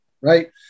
right